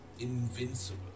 Invincible